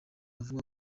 avuga